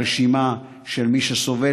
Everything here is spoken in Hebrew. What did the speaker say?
ברשימה של מי שסובל.